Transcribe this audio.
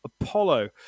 apollo